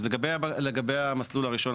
אז לגבי המסלול הראשון,